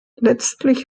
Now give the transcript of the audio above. letztlich